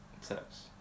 sex